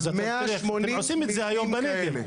אתם עושים את זה היום בנגב.